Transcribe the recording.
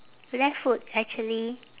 left foot actually